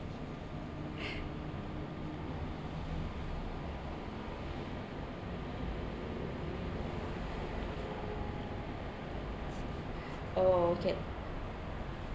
oh okay